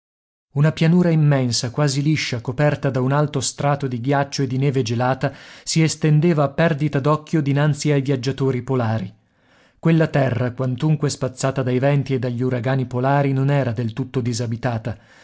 una pianura immensa quasi liscia coperta da un alto strato di ghiaccio e di neve gelata si estendeva a perdita d'occhio dinanzi ai viaggiatori polari quella terra quantunque spazzata dai venti e dagli uragani polari non era del tutto disabitata